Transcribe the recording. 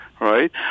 Right